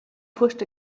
pushed